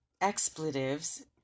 expletives